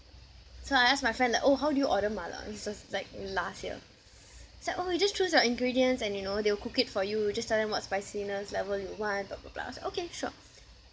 so I asked my friend like oh how do you order mala this was like last year said oh you just choose your ingredients and you know they will cook it for you just tell them what spiciness level you want blah blah blah so okay sure